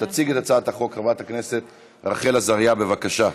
תציג את הצעת החוק חברת הכנסת רחל עזריה, בבקשה.